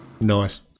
Nice